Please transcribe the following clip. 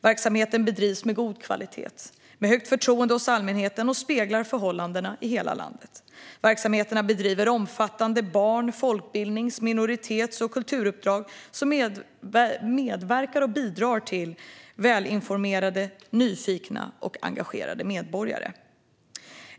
Verksamheten bedrivs med god kvalitet, har högt förtroende hos allmänheten och speglar förhållandena i hela landet. Verksamheterna bedriver omfattande barn-, folkbildnings-, minoritets och kulturuppdrag som medverkar och bidrar till välinformerade, nyfikna och engagerade medborgare.